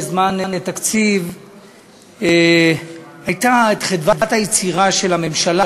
בזמן תקציב הייתה חדוות היצירה של הממשלה,